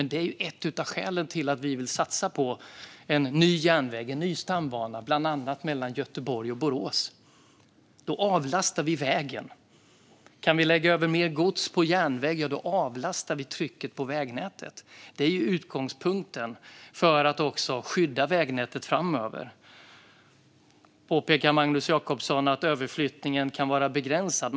Det är ett av skälen till att vi vill satsa på en ny järnväg, en ny stambana, bland annat mellan Göteborg och Borås. Då avlastar vi vägen. Kan vi lägga över mer gods på järnväg avlastar vi trycket på vägnätet. Det är utgångspunkten för att också skydda vägnätet framöver. Magnus Jacobsson påpekar att överflyttningen kan vara begränsad.